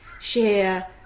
share